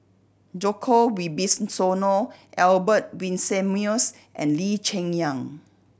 Djoko Wibisono Albert Winsemius and Lee Cheng Yan